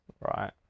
right